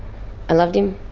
i loved him.